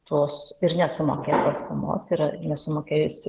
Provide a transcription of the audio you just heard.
tos ir nesumokėtos sumos yra nesumokėjusių